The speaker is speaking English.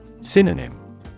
Synonym